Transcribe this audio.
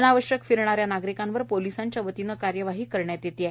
अनावश्यक फिरणाऱ्या नागरिकांवर पोलिसांच्या वतीने कारवाही करण्यात येत आहे